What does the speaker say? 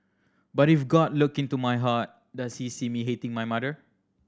but if God look into my heart does he see me hating my mother